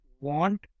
want